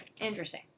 Interesting